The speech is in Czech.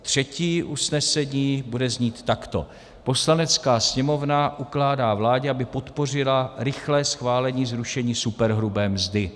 Třetí usnesení bude znít takto: Poslanecká sněmovna ukládá vládě, aby podpořila rychlé schválení zrušení superhrubé mzdy.